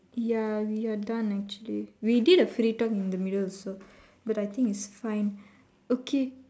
ya we're done actually we did a free talk in the middle also but I think it's fine okay